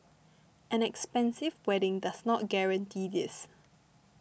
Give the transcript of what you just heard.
an expensive wedding does not guarantee this